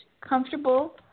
comfortable